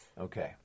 Okay